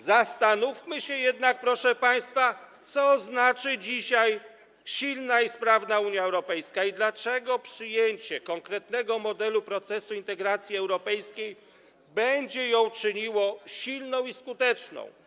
Zastanówmy się jednak, proszę państwa, co znaczy dzisiaj silna i sprawna Unia Europejska i dlaczego przyjęcie konkretnego modelu procesu integracji europejskiej będzie ją czyniło silną i skuteczną.